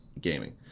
gaming